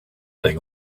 thing